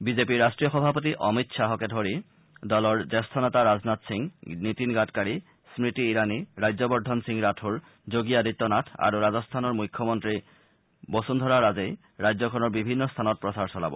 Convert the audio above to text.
বিজেপিৰ ৰাষ্ট্ৰীয় সভাপতি অমিত খাহকে ধৰি দলৰ জ্যেষ্ঠ নেতা ৰাজনাথ সিং নীতিন গাডকাৰী স্মৃতি ইৰাণী ৰাজ্যবৰ্ধন সিং ৰাথোৰ যোগী আদিত্যনাথ আৰু ৰাজস্থানৰ মুখ্যমন্ত্ৰী বসুন্ধৰা ৰাজেই ৰাজ্যখনৰ বিভিন্ন স্থানত প্ৰচাৰ চলাব